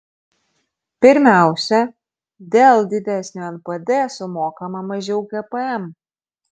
pirmiausia dėl didesnio npd sumokama mažiau gpm